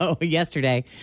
yesterday